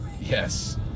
Yes